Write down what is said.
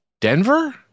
Denver